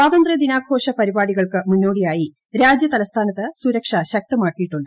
സ്വാതന്ത്ര്യ ദിനാഘോഷ പരിപാടികൾക്ക് മുന്നോടിയായി രാജ്യതലസ്ഥാനത്ത് സുരക്ഷ ശക്തമാക്കിയിട്ടുണ്ട്